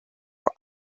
were